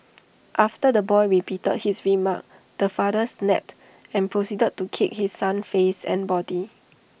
after the boy repeated his remark the father snapped and proceeded to kick his son's face and body